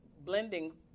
blending